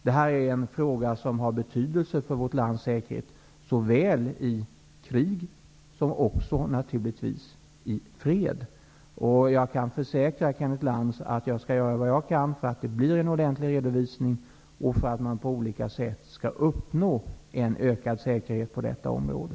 Denna fråga har betydelse för vårt lands säkerhet, såväl i krig som naturligtvis också i fred. Jag kan försäkra Kenneth Lantz att jag skall göra vad jag kan för att det skall bli en ordentlig redovisning och för att man på olika sätt skall uppnå en ökad säkerhet på detta område.